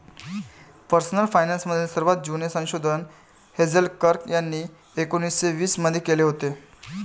personal finance मधील सर्वात जुने संशोधन हेझेल कर्क यांनी एकोन्निस्से वीस मध्ये केले होते